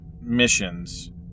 missions